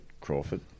Crawford